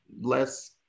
less